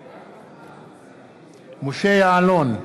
בעד משה יעלון,